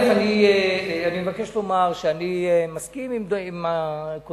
אני מבקש לומר שאני מסכים עם קודמי.